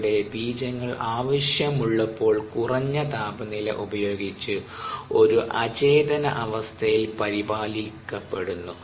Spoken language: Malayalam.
അവിടെ ബീജങ്ങൾ ആവശ്യമുള്ളപ്പോൾ കുറഞ്ഞ താപനില ഉപയോഗിച്ച് ഒരു അചേതന അവസ്ഥയിൽ പരിപാലിക്കപ്പെടുന്നു